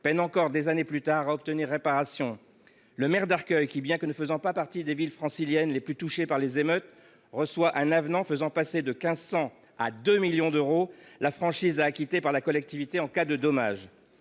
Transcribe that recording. peine encore, des années plus tard, à obtenir réparation. Le maire d’Arcueil reçoit, bien que sa commune ne fasse pas partie des villes franciliennes les plus touchées par les émeutes, un avenant faisant passer de 1 500 euros à 2 millions d’euros la franchise à acquitter par la collectivité en cas de dommage